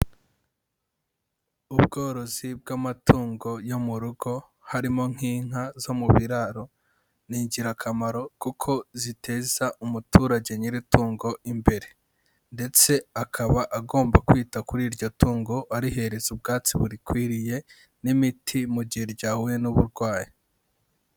Ubworozi bw'amatungo yo mu rugo, harimo nk'inka zo mu biraro, ni ingirakamaro kuko ziteza umuturage nyiri itungo imbere, ndetse akaba agomba kwita kuri iryo tungo arihereza ubwatsi burikwiriye, n'imiti mu gihe ryahuye n'uburwayi.